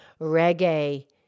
reggae